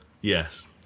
yes